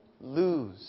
lose